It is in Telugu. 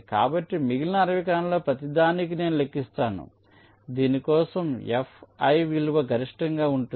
కాబట్టి మిగిలిన 60 కణాలలో ప్రతిదానికి నేను లెక్కిస్తాను దీని కోసం Fi విలువ గరిష్టంగా ఉంటుంది